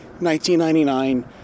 1999